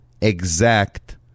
exact